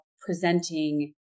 presenting